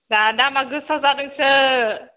दा दामा गोसा जादोंसो